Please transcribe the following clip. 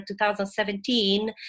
2017